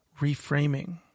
reframing